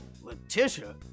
Letitia